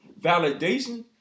validation